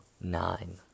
nine